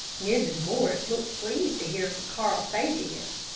mrs. morris looked pleased to hear carl say this.